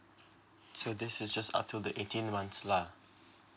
so this is just up to the eighteen months lah